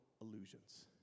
illusions